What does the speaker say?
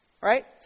Right